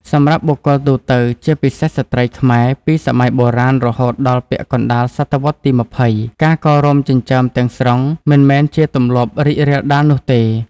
សម្រាប់បុគ្គលទូទៅ ជាពិសេសស្ត្រីខ្មែរពីសម័យបុរាណរហូតដល់ពាក់កណ្តាលសតវត្សទី២០ ការកោររោមចិញ្ចើមទាំងស្រុងមិនមែនជាទម្លាប់រីករាលដាលនោះទេ។